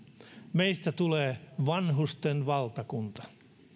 meistä tulee vanhusten valtakunta